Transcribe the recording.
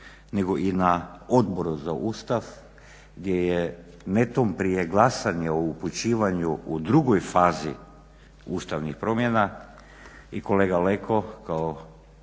nego i na Odboru za Ustav gdje je netom prije glasanja o upućivanju u drugoj fazi ustavnih promjena i kolega Leko kao